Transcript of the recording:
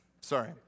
Sorry